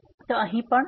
તો અહીં આ પણ 0